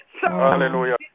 Hallelujah